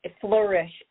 flourish